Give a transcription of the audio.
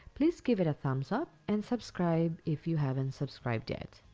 please give it a thumbs up, and subscribe if you haven't subscribed yet.